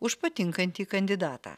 už patinkantį kandidatą